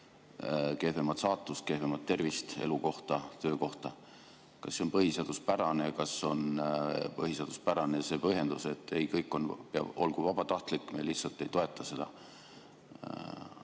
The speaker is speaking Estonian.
kehvemat saatust, kehvemat tervist, elukohta ja töökohta? Kas see on põhiseaduspärane? Ja kas on põhiseaduspärane see põhjendus, et kõik olgu vabatahtlik, me lihtsalt ei toeta seda?